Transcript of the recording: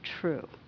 true